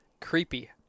creepy